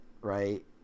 Right